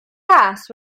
ras